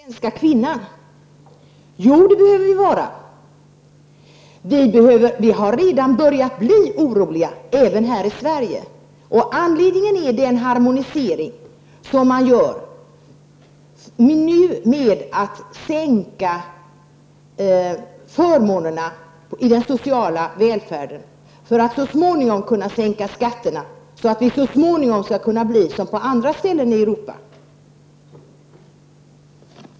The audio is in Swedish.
Fru talman! Det talas så mycket här om att vi inte behöver vara oroliga för den svenska kvinnan. Jo, det behöver vi vara. Även vi här i Sverige har börjat bli oroliga. Anledningen är den harmonisering som man nu gör genom en försämring av förmånerna inom den sociala välfärden för att så småningom kunna sänka skatterna, och så att Sverige så småningom skall kunna bli som andra länder i Europa.